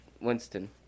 Winston